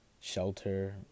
shelter